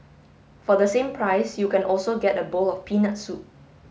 for the same price you can also get a bowl of peanut soup